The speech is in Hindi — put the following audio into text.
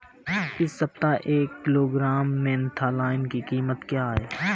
इस सप्ताह एक किलोग्राम मेन्था ऑइल की कीमत क्या है?